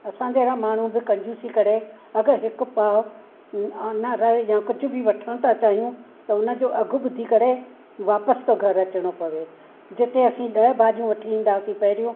असां जहिड़ा माण्हू बि कंजूसी करे अगरि हिकु पाव आना रहे या कुझु बि वठणु था चाहियूं त उन जो अघु ॿुधी करे वापसि थो घरु अचिणो पवे जिथे असी ॾह भाॼियूं वठी ईंदा हुआसीं पहिरियूं